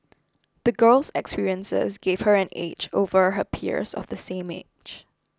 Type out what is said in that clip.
the girl's experiences gave her an edge over her peers of the same age